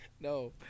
No